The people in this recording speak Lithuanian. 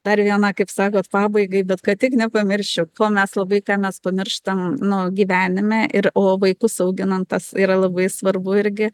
dar viena kaip sakot pabaigai bet kad tik nepamirščiau ko mes labai ką mes pamirštam nu gyvenime ir o vaikus auginant tas yra labai svarbu irgi